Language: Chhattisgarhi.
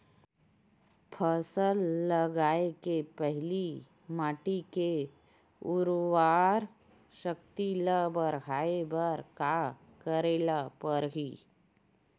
फसल लगाय के पहिली माटी के उरवरा शक्ति ल बढ़ाय बर का करेला पढ़ही?